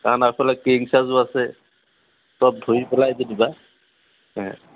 কাৰণ আচলতে কেৰিং চাৰ্জো আছে সব ধৰি পেলাই দি দিবা